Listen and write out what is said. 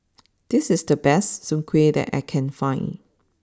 this is the best Soon Kuih that I can find